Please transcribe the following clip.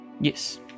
Yes